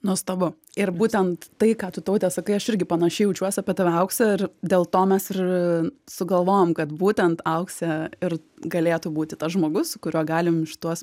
nuostabu ir būtent tai ką tu taute sakai aš irgi panašiai jaučiuosi apie tave aukse ir dėl to mes ir sugalvojom kad būtent auksė ir galėtų būti tas žmogus su kuriuo galim šituos